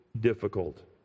difficult